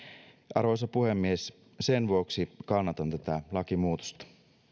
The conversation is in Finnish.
arvoisa puhemies sen vuoksi kannatan tätä lakimuutosta